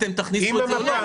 אתם תכניסו את זה או לא?